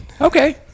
Okay